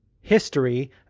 history